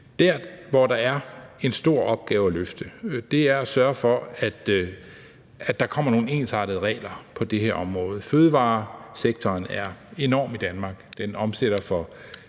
Der, hvor der er en stor opgave at løfte, er at sørge for, at der kommer nogle ensartede regler på det her område. Fødevaresektoren er enorm i Danmark. Den omsætter for